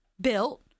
built